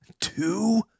Two